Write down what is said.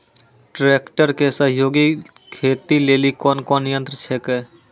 Tractor के सहयोगी खेती लेली कोन कोन यंत्र छेकै?